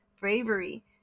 bravery